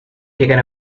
taken